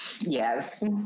yes